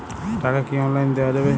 টাকা কি অনলাইনে দেওয়া যাবে?